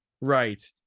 Right